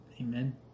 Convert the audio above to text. Amen